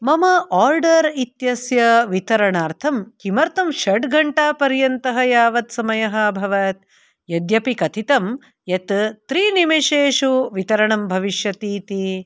मम आर्डर् इत्यस्य वितरणार्थम् किमर्थं षट् घण्टापर्यन्तः यावत् समयः अभवत् यद्यपि कथितं यत् त्रीनिमेशेषु वितरणं भविष्यतीति